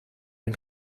den